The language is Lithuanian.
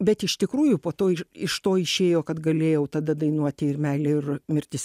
bet iš tikrųjų po to iš iš to išėjo kad galėjau tada dainuoti ir meilė ir mirtis